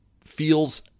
feels